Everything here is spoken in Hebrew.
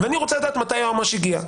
אני רוצה לדעת מתי היועמ"ש הגיע.